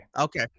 Okay